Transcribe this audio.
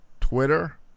Twitter